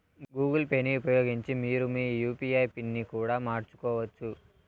Google పేని ఉపయోగించి మీరు మీ యూ.పీ.ఐ పిన్ ని కూడా మార్చుకోవచ్చు